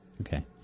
Okay